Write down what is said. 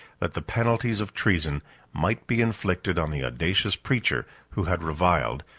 that the penalties of treason might be inflicted on the audacious preacher, who had reviled,